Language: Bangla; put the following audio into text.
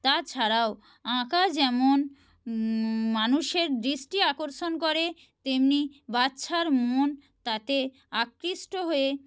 তাছাড়াও আঁকা যেমন মানুষের দৃষ্টি আকর্ষণ করে তেমনি বাচ্ছার মন তাতে আকৃষ্ট হয়ে